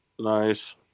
Nice